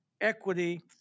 equity